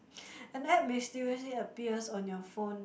an app mysteriously appears on your phone